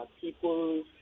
people